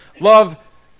Love